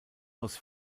aus